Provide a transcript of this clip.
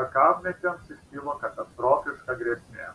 kakavmedžiams iškilo katastrofiška grėsmė